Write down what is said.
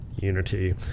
unity